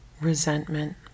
resentment